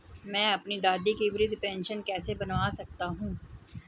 मैं अपनी दादी की वृद्ध पेंशन कैसे बनवा सकता हूँ?